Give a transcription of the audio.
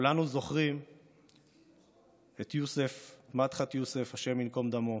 כולנו זוכרים את יוסף, מדחת יוסף, השם ייקום דמו,